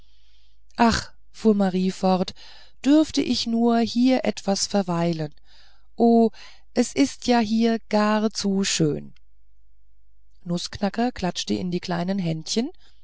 ach fuhr marie fort dürft ich hier nur etwas verweilen o es ist ja hier gar zu schön nußknacker klatschte in die kleinen händchen